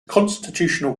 constitutional